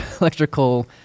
electrical